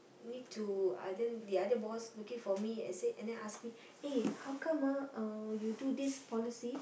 need to uh then the other boss looking for me and say and then ask me eh how come ah you do this policy